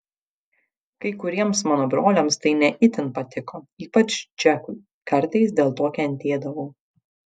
kai kuriems mano broliams tai ne itin patiko ypač džekui kartais dėl to kentėdavau